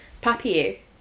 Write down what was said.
papier